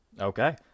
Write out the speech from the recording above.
okay